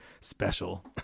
special